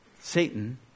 Satan